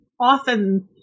often